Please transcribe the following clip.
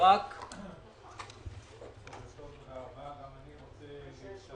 גם אני רוצה להביע